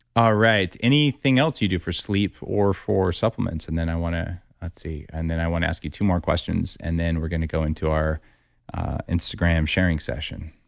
all right. anything else you do for sleep or for supplements? and then i want to, let's see, and then i want to ask you two more questions and then we're going to go into our instagram sharing session